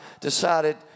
decided